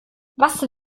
was